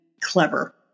clever